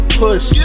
push